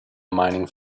mining